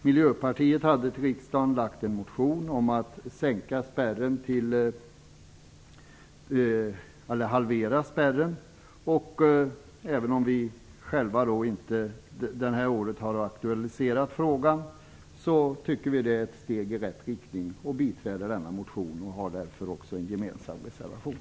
Miljöpartiet hade till riksdagen väckt en motion om att halvera spärrens procenttal. Även om vi själva inte har aktualiserat frågan det här året tycker vi att det är ett steg i rätt riktning och biträder denna motion. Vi har därför också en gemensam reservation.